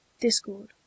Discord